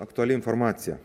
aktuali informacija